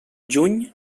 juny